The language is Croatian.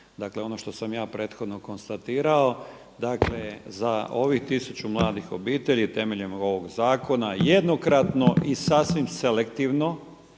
dakle ono što sam ja prethodno konstatirao. Dakle za ovih 1000 mladih obitelji temeljem ovog zakona jednokratno i sasvim selektivno